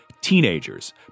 teenagers